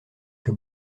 que